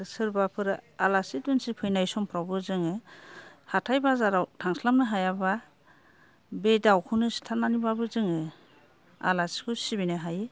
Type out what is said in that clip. सोरबाफोर आलासि दुनसि फैनाय समफ्रावबो जोङो हाथाइ बाजारआव थांस्लाबनो हायाबा बे दावखौनो सिथारनानैबाबो जोङो आलासिखौ सिबिनो हायो